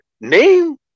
Name